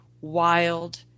wild